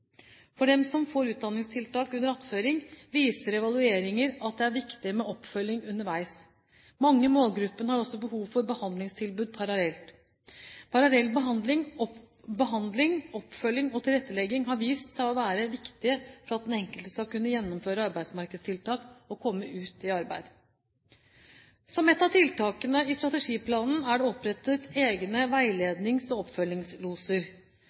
For dem som får utdanningstiltak under attføring, viser evalueringer at det er viktig med oppfølging underveis. Mange i målgruppen har også behov for behandlingstilbud parallelt. Parallell behandling, oppfølging og tilrettelegging har vist seg å være viktig for at den enkelte skal kunne gjennomføre arbeidsmarkedstiltak og komme ut i arbeid. Som et av tiltakene i strategiplanen er det opprettet egne veilednings- og oppfølgingsloser.